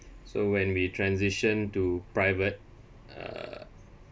so when we transition to private uh